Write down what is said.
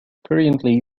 currently